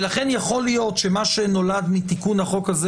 לכן יכול להיות שמה שנולד מתיקון החוק הזה